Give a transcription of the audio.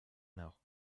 now